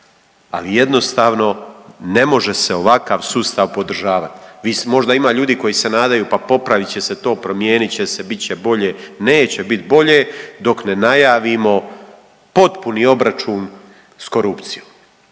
Ali jednostavno ne može se ovakav sustav podržavati. Možda ima ljudi koji se nadaju pa popravit će se to, promijenit će se, bit će bolje. Neće bit bolje dok ne najavimo potpuni obračun s korupcijom,